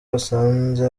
basanze